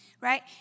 right